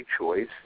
choice